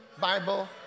Bible